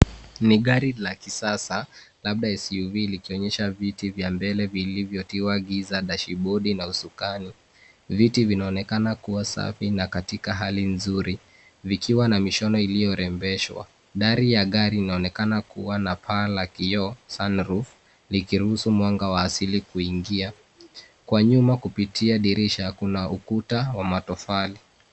Ni gari la kisasa labda SUV likionyesha viti vya mbele vilivyotiwa giza dashibodi na usukani. Viti vinaonekana kuwa safi na katika hali nzuri, vikiwa na mishono iliyorembeshwa. Dari ya gari inaonekana kuwa na paa la kioo sunroof likiruhusu mwanga wa asili kuingia. Kwa nyuma kupitia dirisha kuna ukuta wa matofari.